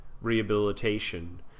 rehabilitation